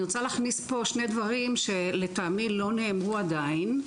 אני רוצה להכניס פה שני דברים שלטעמי לא נאמרו עדיין.